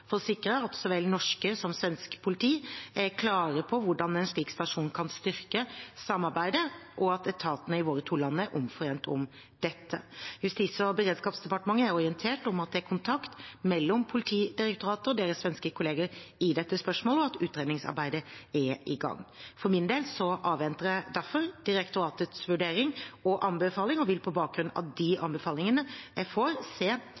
for å sikre at så vel norsk som svensk politi er klar på hvordan en slik stasjon kan styrke samarbeidet, og at etatene i våre to land er omforent om dette. Justis- og beredskapsdepartementet er orientert om at det er kontakt mellom Politidirektoratet og deres svenske kolleger i dette spørsmålet, og at utredningsarbeidet er i gang. For min del avventer jeg derfor direktoratets vurdering og anbefaling og vil på bakgrunn av de anbefalingene jeg får,